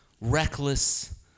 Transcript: Reckless